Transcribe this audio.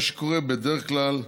מה שקורה בדרך כלל,